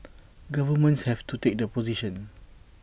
governments have to take the position